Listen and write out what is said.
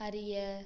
அறிய